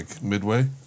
midway